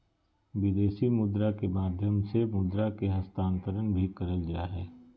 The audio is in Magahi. विदेशी मुद्रा के माध्यम से मुद्रा के हस्तांतरण भी करल जा हय